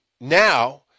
now